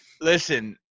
Listen